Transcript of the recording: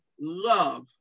love